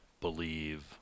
believe